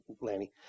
Lanny